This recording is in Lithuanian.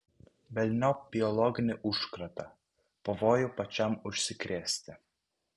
velniop biologinį užkratą pavojų pačiam užsikrėsti